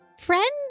friends